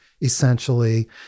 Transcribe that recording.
essentially